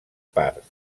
parts